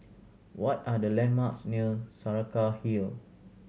what are the landmarks near Saraca Hill